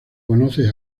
conoces